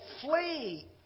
flee